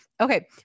Okay